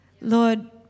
Lord